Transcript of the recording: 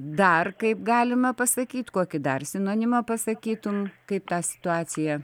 dar kaip galime pasakyt kokį dar sinonimą pasakytum kaip tą situaciją